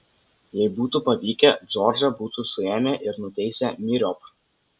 jei būtų pavykę džordžą būtų suėmę ir nuteisę myriop